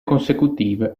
consecutive